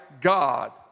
god